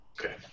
Okay